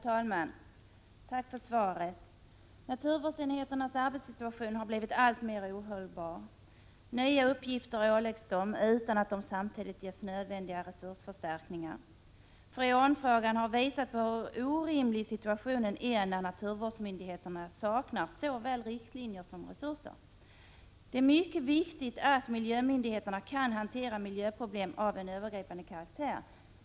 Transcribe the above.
Herr talman! Tack för svaret. Naturvårdsenheternas arbetssituation har blivit alltmer ohållbar. Nya uppgifter åläggs dem utan att de samtidigt ges nödvändiga resursförstärkningar. Freonfrågan har visat på hur orimlig situationen är när naturvårdsmyndigheterna saknar såväl riktlinjer som resurser. Det är mycket viktigt att miljömyndigheterna kan hantera miljöproblem av övergripande karaktär.